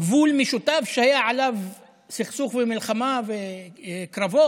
גבול משותף שהיה עליו סכסוך ומלחמה וקרבות?